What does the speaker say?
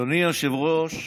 אדוני היושב-ראש,